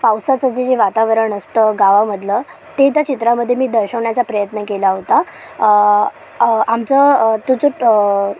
पावसाचं जे जे वातावरण असतं गावामधलं ते त्या चित्रामध्ये मी दर्शवण्याचा प्रयत्न केला होता आमचा तो जो